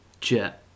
Jet